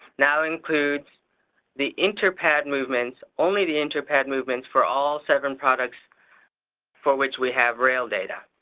now includes the inter-padd movements, only the inter-padd movements for all seven products for which we have rail data.